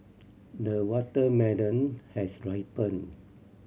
the watermelon has ripened